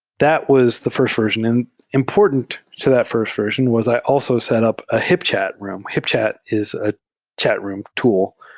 that was the first version. and important to that first version was i also set up a hipchat room. hipchat is ah chat room tool,